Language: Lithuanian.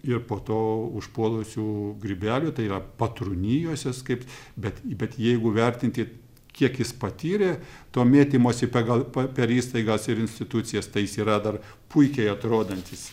ir po to užpuolusių grybelių tai yra patrūnijusios kaip bet bet jeigu vertinti kiek jis patyrė to mėtymosi pagal per įstaigas ir institucijas tai jis yra dar puikiai atrodantis